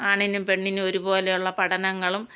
ആണിനും പെണ്ണിനും ഒരു പോലെയുള്ള പഠനങ്ങളും